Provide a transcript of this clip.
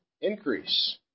increase